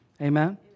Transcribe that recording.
Amen